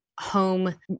home